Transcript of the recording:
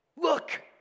look